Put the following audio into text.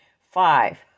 five